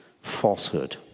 falsehood